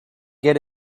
get